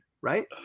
Right